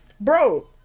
bro